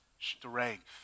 strength